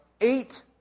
eight